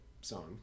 song